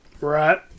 Right